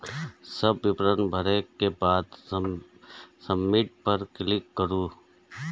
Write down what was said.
सब विवरण भरै के बाद सबमिट पर क्लिक करू